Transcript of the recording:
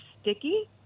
sticky